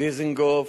דיזנגוף,